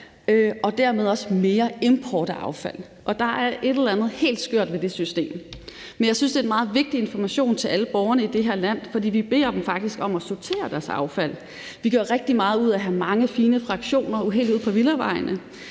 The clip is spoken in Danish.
og dermed også mere import af affald. Og der er et eller andet helt skørt ved det system. Jeg synes, det er en meget vigtig information til alle borgere i det her land, for vi beder dem faktisk om at sortere deres affald. Vi gør rigtig meget ud af have mange fine fraktioner helt ud på villavejene,